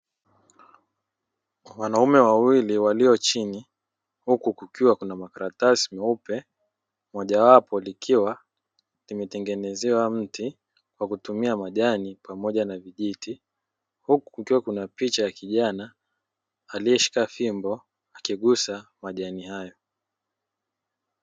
Wanaume wawili walio chini, huku kukiwa kuna makaratasi meupe. Mojawapo likiwa limetengenezewa mti, kwa kutumia majani pamoja na vijiti. Huku kukiwa na picha ya kijana, aliyeshika fimbo akigusa majani hayo.